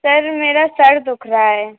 sir मेरा सिर दुख रहा है